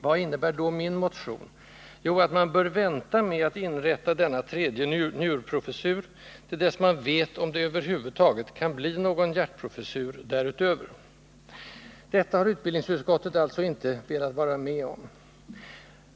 Vad innebär då min motion? Jo, att man bör vänta med att inrätta denna 127 tredje njurprofessur till dess man vet om det över huvud taget kan bli någon hjärtprofessur därutöver. Detta har utbildningsutskottet alltså inte velat vara med om.